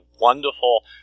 wonderful